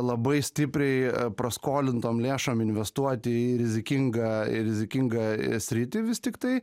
labai stipriai praskolintom lėšom investuoti į rizikinga į rizikingą sritį vis tiktai